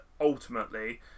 ultimately